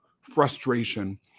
frustration